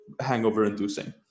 hangover-inducing